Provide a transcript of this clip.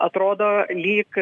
atrodo lyg